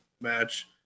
match